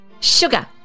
sugar